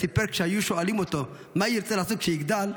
סיפר שכשהיו שואלים אותו מה ירצה לעשות כשיגדל,